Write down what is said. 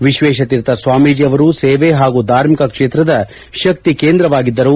ವಿಶ್ವೇಶತೀರ್ಥ ಸ್ವಾಮೀಜಿಯವರು ಸೇವೆ ಹಾಗೂ ಧಾರ್ಮಿಕೆ ಕ್ಷೇತ್ರದ ಶಕ್ತಿ ಮನೆಯಾಗಿದ್ದರು